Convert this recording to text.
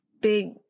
big